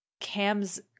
Cam's